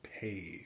pay